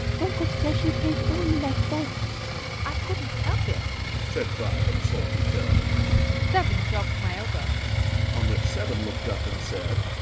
don't go splashing paint over me like that i couldn't help it said five, in a sulky tone seven jogged my elbow on which seven looked up and said,